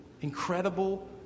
incredible